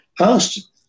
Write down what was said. asked